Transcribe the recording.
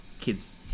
Kids